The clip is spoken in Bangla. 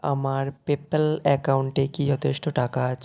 আমার পেপ্যাল অ্যাকাউন্টে কি যথেষ্ট টাকা আছে